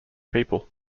people